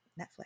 Netflix